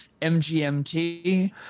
MGMT